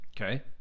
Okay